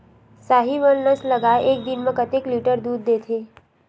साहीवल नस्ल गाय एक दिन म कतेक लीटर दूध देथे?